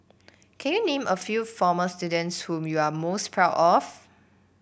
can you name a few former students whom you are most proud of